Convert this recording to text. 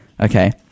Okay